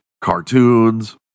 cartoons